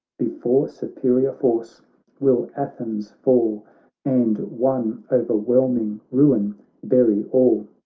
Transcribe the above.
before superior force will athens fall and one o'erwhelming ruin bury all.